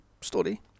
story